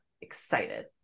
excited